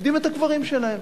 פוקדים את הקברים שלהם.